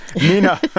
Nina